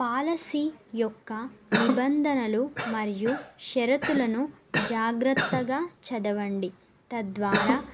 policy యొక్క నిబంధనలు మరియు షరతులను జాగ్రత్తగా చదవండి తద్వారా